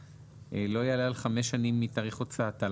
לא יעלה על חמש שנים מתאריך הוצאתה.